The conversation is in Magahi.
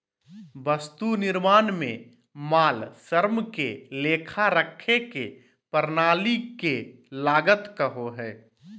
वस्तु निर्माण में माल, श्रम के लेखा रखे के प्रणाली के लागत कहो हइ